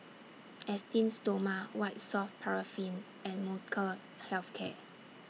Esteem Stoma White Soft Paraffin and Molnylcke Health Care